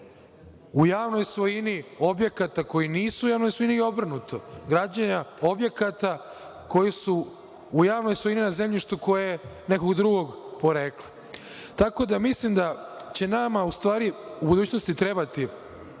u javnoj svojini objekata koji nisu u javnoj svojini i obrnuto, građenja objekata koji su u javnoj svojini na zemljištu koje je nekog drugog porekla. Mislim da će nama u budućnosti u stvari